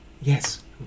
yes